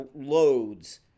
loads